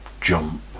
jump